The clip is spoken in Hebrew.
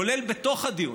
כולל בתוך הדיונים,